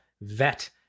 vet